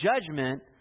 judgment